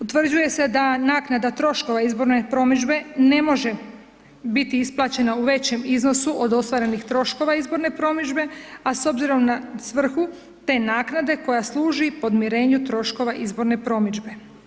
Utvrđuje se da naknada troškova izborne promidžbe ne može biti isplaćena u većem iznosu od ostvarenih troškova izborne promidžbe, a s obzirom na svrhu te naknade koja služi podmirenju troškova izborne promidžbe.